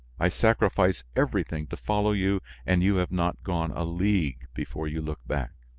i sacrifice everything to follow you and you have not gone a league before you look back.